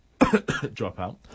dropout